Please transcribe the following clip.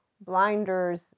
blinders